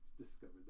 discovered